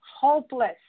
hopeless